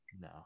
No